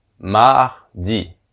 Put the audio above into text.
mardi